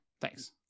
thanks